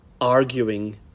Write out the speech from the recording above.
Arguing